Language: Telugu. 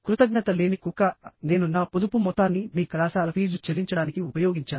కృతజ్ఞత లేని కుక్క నేను నా పొదుపు మొత్తాన్ని మీ కళాశాల ఫీజు చెల్లించడానికి ఉపయోగించాను